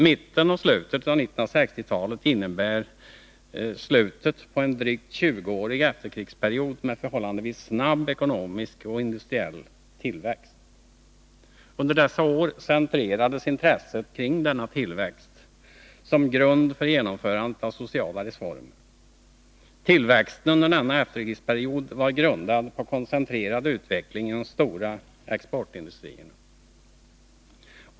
Mitten och slutet av 1960-talet innebar slutet på en drygt tjugoårig efterkrigsperiod med förhållandevis snabb ekonomisk och industriell tillväxt. Under dessa år centrerades intresset kring denna tillväxt som grund för genomförandet av sociala reformer. Tillväxten under denna efterkrigsperiod var grundad på en koncentrerad utveckling inom de stora exportindustrierna.